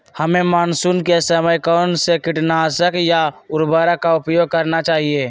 हमें मानसून के समय कौन से किटनाशक या उर्वरक का उपयोग करना चाहिए?